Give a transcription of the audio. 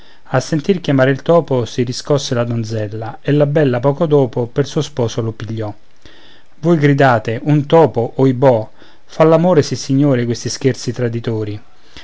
a sentir chiamare il topo si riscosse la donzella e la bella poco dopo per suo sposo lo pigliò voi gridate un topo oibò fa l'amore sissignori questi scherzi traditori